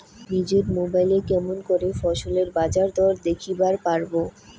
নিজের মোবাইলে কেমন করে ফসলের বাজারদর দেখিবার পারবো?